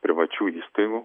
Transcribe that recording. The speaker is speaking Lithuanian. privačių įstaigų